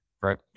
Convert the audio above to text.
right